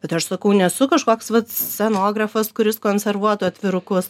bet aš sakau nesu kažkoks vat scenografas kuris konservuotų atvirukus